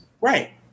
Right